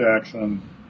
Jackson